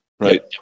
Right